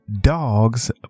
Dogs